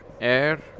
air